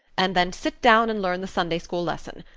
and then sit down and learn the sunday school lesson.